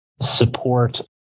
support